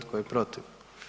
Tko je protiv?